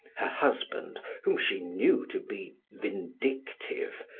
her husband, whom she knew to be vindictive,